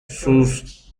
sus